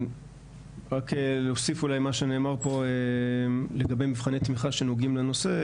רק להוסיף אולי מה שנאמר פה לגבי מבחני תמיכה שנוגעים לנושא,